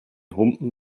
humpen